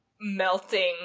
Melting